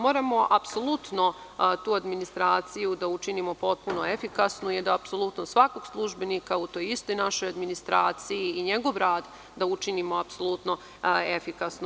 Moramo apsolutno tu administraciju da učinimo potpuno efikasnom, i da svakog službenika u toj istoj našoj administraciji i njegov rad da učinimo apsolutno efikasnim.